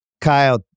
kyle